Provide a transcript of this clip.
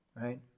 right